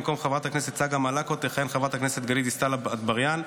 במקום חברת הכנסת צגה מלקו תכהן חברת הכנסת גלית דיסטל אטבריאן.